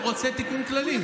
הוא רוצה תיקון כללי.